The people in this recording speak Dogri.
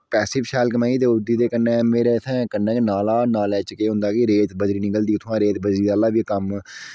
पैसे बी शैल कमाइयै देउड़दी ते कन्नै मेरे इत्थे कन्नै गै नाला नालै च केह् होंदे कि रेत बज़री निकलदी उत्थुआं रेत बज़री आह्ला बी कम्म